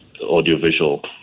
audiovisual